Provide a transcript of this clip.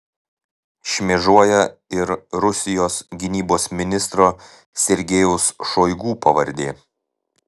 šmėžuoja ir rusijos gynybos ministro sergejaus šoigu pavardė